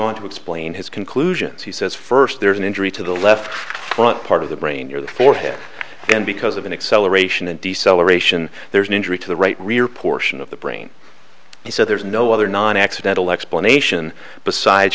on to explain his conclusions he says first there's an injury to the left front part of the brain you're the forehead and because of an acceleration and deceleration there's an injury to the right rear portion of the brain he said there's no other nine accidental explanation besides